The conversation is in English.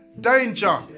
danger